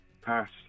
pass